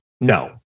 No